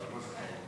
בבקשה.